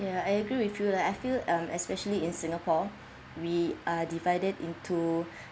ya I agree with you like I feel um especially in singapore we are divided into